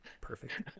perfect